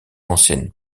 ancienne